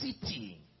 city